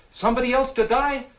somebody else to die?